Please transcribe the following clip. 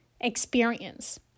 experience